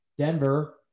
denver